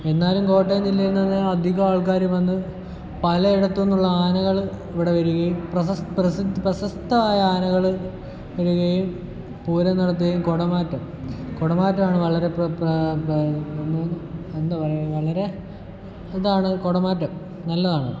എന്നാലും കോട്ടയം ജില്ലയിൽ നിന്ന് അധികമാൾക്കാരും വന്ന് പലയിടത്തു നിന്നുള്ള ആനകൾ ഇവിടെ വരികയും പ്രസ പ്രശസ് പ്രശസ്തമായ ആനകൾ വരികയും പൂരം നടത്തുകയും കുടമാറ്റം കുടമാറ്റമാണ് വളരെ എന്താ പറയുക വളരെ ഇതാണ് കുടമാറ്റം നല്ലതാണ്